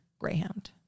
Greyhound